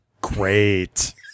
Great